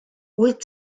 wyt